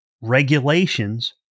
regulations